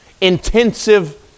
intensive